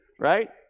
right